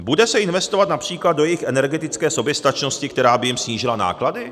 Bude se investovat například do jejich energetické soběstačnosti, která by jim snížila náklady?